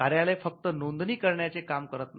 कार्यालय फक्त नोंदणी करण्याचे काम करत नाही